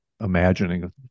imagining